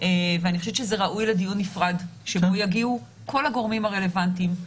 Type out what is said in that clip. אני חושבת שזה ראוי לדיון נפרד שבו יגיעו כל הגורמים הרלוונטיים,